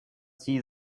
see